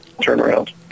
turnaround